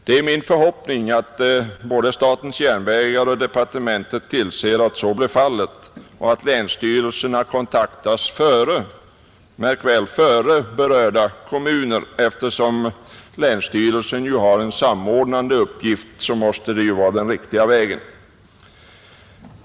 Det är min förhoppning att både statens järnvägar och departementet tillser att så blir fallet och att länsstyrelserna kontaktas före — märk väl före — berörda kommuner. Eftersom länsstyrelsen har en samordnande uppgift måste detta vara den riktiga vägen.